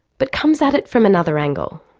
but comes at it from another angle.